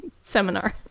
seminar